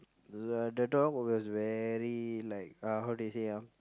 uh the dog was very like uh how they say ah